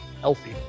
healthy